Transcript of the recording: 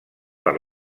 per